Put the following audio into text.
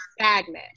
stagnant